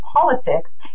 politics